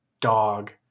dog